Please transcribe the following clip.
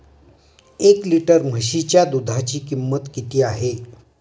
एक लिटर म्हशीच्या दुधाची किंमत किती आहे?